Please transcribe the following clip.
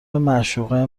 معشوقه